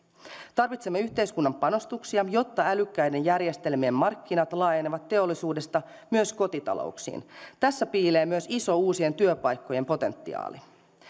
tarvitsemme yhteiskunnan panostuksia jotta älykkäiden järjestelmien markkinat laajenevat teollisuudesta myös kotitalouksiin tässä piilee myös iso uusien työpaikkojen potentiaali